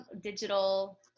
Digital